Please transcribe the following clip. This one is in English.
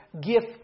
gift